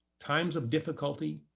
times of difficulty,